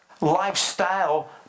lifestyle